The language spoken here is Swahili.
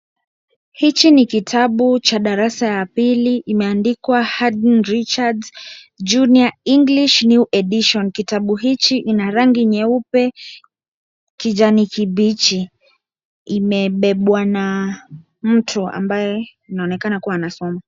Hichi ni kitabu cha darasa ya pili imeandikwa Haydn Richards Junior English New Edition. Kitabu hichi ina rangi nyeupe, kijani kibichi. Imebebwa na mtu ambaye anaonekana kuwa anasoma.